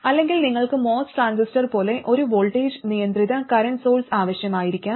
അല്ലെങ്കിൽ നിങ്ങൾക്ക് MOS transistor പോലെ ഒരു വോൾട്ടേജ് നിയന്ത്രിത കറന്റ് സോഴ്സ് ആവശ്യമായിരിക്കാം